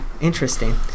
interesting